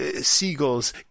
seagulls